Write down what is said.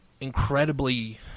incredibly